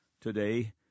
Today